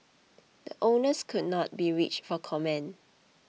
the owners could not be reached for comment